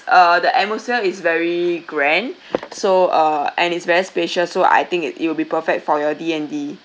uh the atmosphere is very grand so uh and it's very spacious so I think it it will be perfect for your D and D